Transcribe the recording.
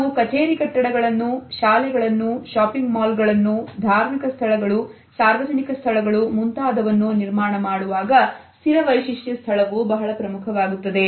ನಾವು ಕಚೇರಿ ಕಟ್ಟಡಗಳನ್ನು ಶಾಲೆಗಳನ್ನು ಶಾಪಿಂಗ್ ಮಾಲ್ಗಳನ್ನು ಧಾರ್ಮಿಕ ಸ್ಥಳಗಳು ಸಾರ್ವಜನಿಕ ಸ್ಥಳಗಳು ಮುಂತಾದವನ್ನು ನಿರ್ಮಾಣ ಮಾಡುವಾಗ ಸ್ಥಿರ ವೈಶಿಷ್ಟ್ಯ ಸ್ಥಳವು ಬಹಳ ಪ್ರಮುಖವಾಗುತ್ತದೆ